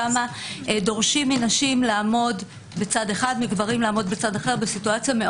שם דורשים מנשים לעמוד בצד אחד ומגברים בצד אחר במצב מאוד